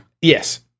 Yes